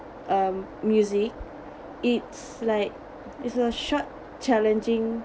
um music it's like it's a short challenging